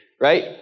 Right